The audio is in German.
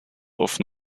auf